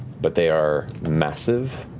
but they are massive,